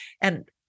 And-